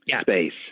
Space